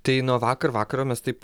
tai nuo vakar vakaro mes taip